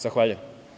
Zahvaljujem.